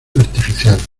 artificial